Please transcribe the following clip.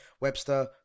Webster